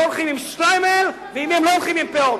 הולכים עם שטריימל ולא הולכים עם פאות.